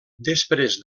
després